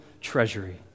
treasury